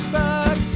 back